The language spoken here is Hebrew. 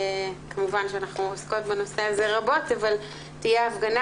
כמובן שאנחנו עוסקות בנושא הזה רבות אבל תהיה הפגנה